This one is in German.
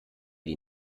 die